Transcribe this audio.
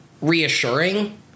reassuring